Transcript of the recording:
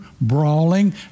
brawling